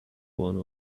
one